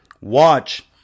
watch